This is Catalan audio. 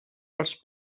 els